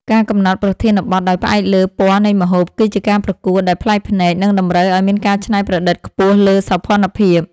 ការកំណត់ប្រធានបទដោយផ្អែកលើ ពណ៌នៃម្ហូប គឺជាការប្រកួតដែលប្លែកភ្នែក និងតម្រូវឱ្យមានការច្នៃប្រឌិតខ្ពស់លើសោភ័ណភាព។